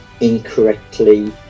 incorrectly